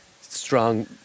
strong